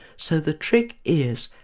so the trick is,